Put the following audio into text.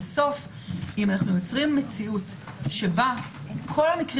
בסוף אם אנחנו יוצרים מציאות שבה כל המקרים